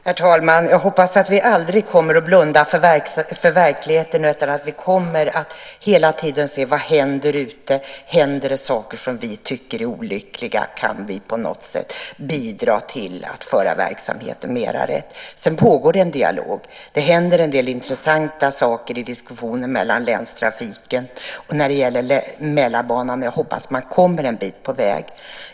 Herr talman! Jag hoppas att vi aldrig kommer att blunda för verkligheten utan hela tiden kommer att se vad som händer ute, om det händer saker som vi tycker är olyckliga och om vi på något sätt kan bidra till att föra verksamheten mera rätt. Det pågår en dialog. Det händer en del intressanta saker i diskussionen med länstrafiken och när det gäller Mälarbanan. Jag hoppas att man kommer en bit på väg.